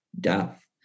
death